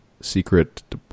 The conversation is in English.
secret